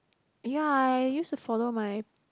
ya I used to follow my